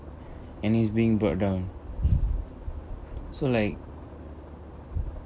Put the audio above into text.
and he's being brought down so like